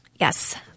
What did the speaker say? Yes